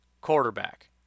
quarterback